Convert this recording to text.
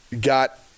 got